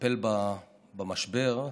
לטפל במשבר,